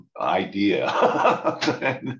idea